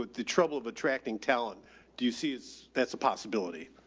but the trouble of attracting talent do you see as that's a possibility?